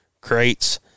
crates